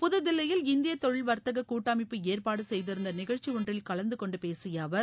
புதுதில்லியில் இந்திய தொழில் வாத்தக கூட்டமைப்பு ஏற்பாடு செய்திருந்த நிகழ்ச்சி ஒன்றில் கலந்துகொண்டு பேசிய அவர்